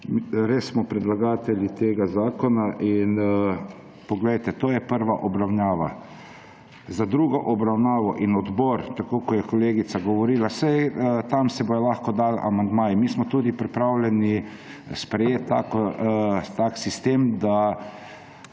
Res smo predlagatelji tega zakona. In poglejte, to je prva obravnava. Za drugo obravnavo in odbor, tako kot je kolegica govorila, saj tam se bodo lahko dali amandmaji. Mi smo tudi pripravljeni sprejeti tak sistem, da